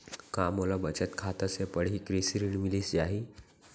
का मोला बचत खाता से पड़ही कृषि ऋण मिलिस जाही?